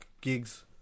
gigs